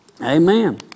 Amen